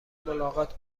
ملاقات